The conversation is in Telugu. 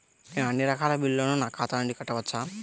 నేను అన్నీ రకాల బిల్లులను నా ఖాతా నుండి కట్టవచ్చా?